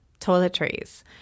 toiletries